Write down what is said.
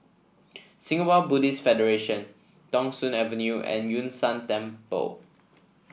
Singapore Buddhist Federation Thong Soon Avenue and Yun Shan Temple